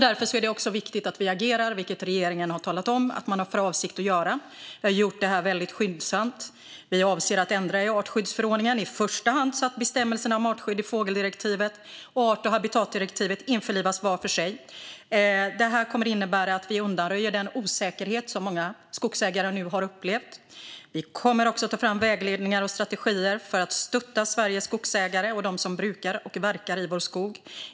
Därför är det viktigt att vi agerar, vilket regeringen har talat om att man har för avsikt att göra. Vi har gjort detta väldigt skyndsamt. Vi avser att ändra i artskyddsförordningen, i första hand så att bestämmelserna om artskydd i fågeldirektivet och art och habitatdirektivet införlivas var för sig. Det kommer att innebära att vi undanröjer den osäkerhet som många skogsägare nu har upplevt. Vi kommer också att ta fram vägledningar och strategier för att stötta Sveriges skogsägare och dem som brukar och verkar i vår skog.